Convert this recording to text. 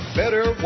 better